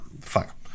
fuck